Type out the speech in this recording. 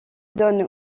donne